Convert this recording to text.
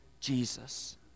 Jesus